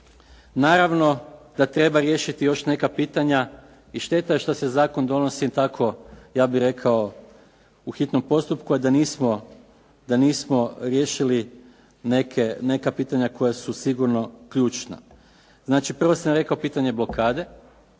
naravno da treba riješiti još neka pitanja i šteta je što se zakon donosi tako, ja bih rekao u hitnom postupku, a da nismo riješili neka pitanja koja su sigurno ključna. Znači, prvo sam rekao pitanje blokade.